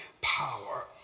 power